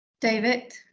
David